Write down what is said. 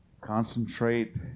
concentrate